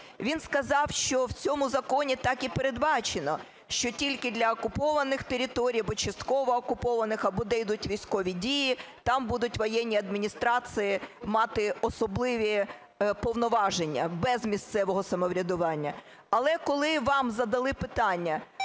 він сказав, що в цьому законі так і передбачено, що тільки для окупованих територій або частково окупованих, або де йдуть військові дії, там будуть воєнні адміністрації мати особливі повноваження без місцевого самоврядування. Але коли вам задали питання,